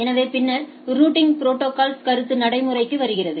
எனவேபின்னர் routing protocols கருத்து நடைமுறைக்கு வருகிறது